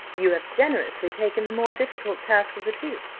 you have generously taken the more difficult task of the two,